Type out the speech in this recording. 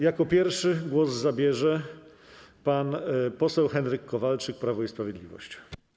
Jako pierwszy głos zabierze pan poseł Henryk Kowalczyk, Prawo i Sprawiedliwość.